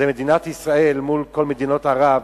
זו מדינת ישראל מול כל מדינות ערב.